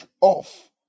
off